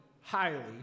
highly